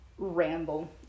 ramble